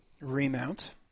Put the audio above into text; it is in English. remount